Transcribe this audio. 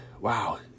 wow